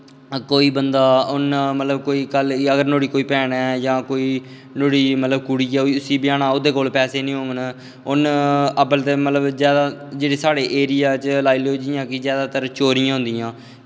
कोई बंदा उन्न मतलब कि नोहाड़ी कोई भैन ऐ जां नोहाड़ी कुड़ी ऐ उस्सी ब्याह्ना ऐ ओह्दे कोल पैसे निं होङन उन्न अब्बल ते जैदा जेह्ड़े साढ़े एरिया च लाई लैओ कि चोरियां होंदियां